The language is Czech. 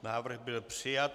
Návrh byl přijat.